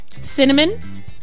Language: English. Cinnamon